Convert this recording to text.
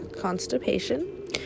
constipation